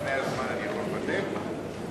חוק רשות השידור (תיקון מס' 23),